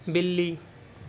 بلی